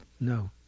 No